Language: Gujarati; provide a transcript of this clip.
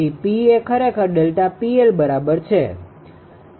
તેથી p એ ખરેખર ΔPL બરાબર છે